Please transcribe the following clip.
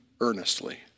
earnestly